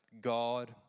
God